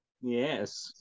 Yes